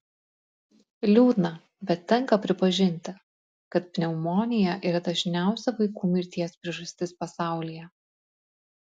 liūdna bet tenka pripažinti kad pneumonija yra dažniausia vaikų mirties priežastis pasaulyje